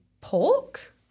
pork